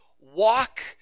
walk